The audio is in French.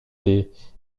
des